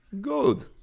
Good